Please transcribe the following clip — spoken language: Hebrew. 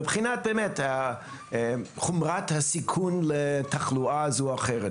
מבחינת חומרת הסיכון לתחלואה כזו או אחרת,